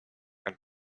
and